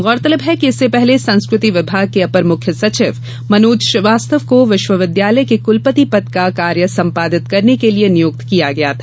गौरतलब है कि इससे पहले संस्कृति विभाग के अपर मुख्य सचिव मनोज श्रीवास्तव को विश्वविद्यालय के क्लपति पद का कार्य संपादित करने के लिए नियुक्त किया गया था